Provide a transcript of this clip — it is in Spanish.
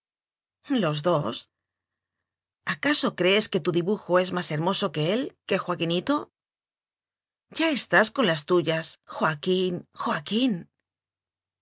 los dos acaso crees que tu dibujo es más her moso que él que joaquinito ya estás en las tuyas joaquín